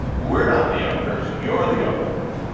we're not the young turks, you're the young turks.